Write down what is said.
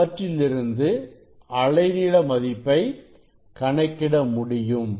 அவற்றிலிருந்து அலைநீள மதிப்பை கணக்கிட முடியும்